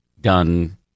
done